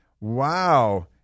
Wow